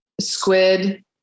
squid